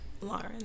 Lauren